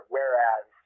Whereas